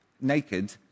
naked